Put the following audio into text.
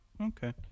Okay